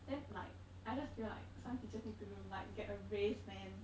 then like I just feel like some teachers need to like get a raise man